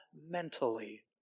mentally